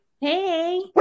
Hey